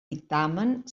dictamen